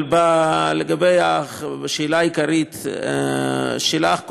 לשאלה העיקרית שלך,